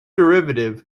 derivative